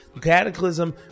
Cataclysm